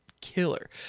killer